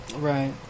Right